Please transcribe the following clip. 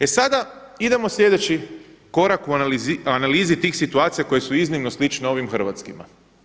E sada, idemo sljedeći korak u analizi tih situacija koje su iznimno slično ovim hrvatskima.